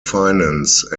finance